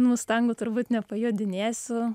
mustangu turbūt nepajodinėsiu